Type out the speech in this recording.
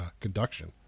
conduction